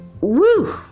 woo